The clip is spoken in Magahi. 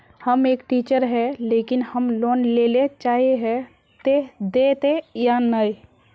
हम एक टीचर है लेकिन हम लोन लेले चाहे है ते देते या नय?